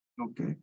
okay